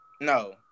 No